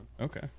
Okay